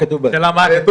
--- השאלה מה היה כתוב